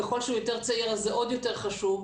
ככל שהוא יותר צעיר זה עוד יותר חשוב,